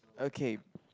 okay